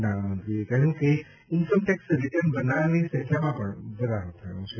નાણામંત્રીએ કહ્યું કે ઇન્કમટેક્ષ રિટર્ન ભરનારની સંખ્યામાં પણ વધારો થયો છે